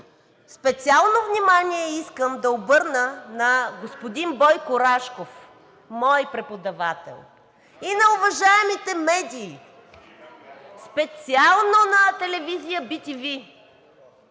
специално внимание искам да обърна на господин Бойко Рашков – моя преподавател, и на уважаемите медии, и специално на телевизия bTV.